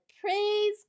Praise